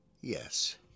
Yes